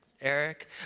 Eric